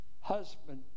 husband